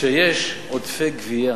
כשיש עודפי גבייה,